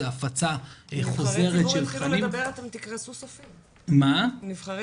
זה הפצה חוזרת של תכנים --- אם נבחרי